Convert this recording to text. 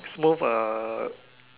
smove uh